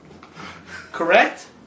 Correct